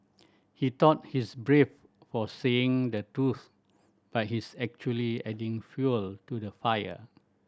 he thought he's brave for saying the truth but he's actually adding fuel to the fire